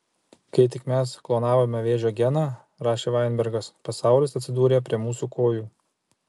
kai tik mes klonavome vėžio geną rašė vainbergas pasaulis atsidūrė prie mūsų kojų